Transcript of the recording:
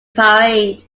parade